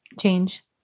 change